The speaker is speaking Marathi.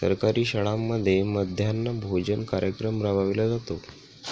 सरकारी शाळांमध्ये मध्यान्ह भोजन कार्यक्रम राबविला जातो